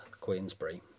Queensbury